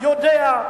יודע,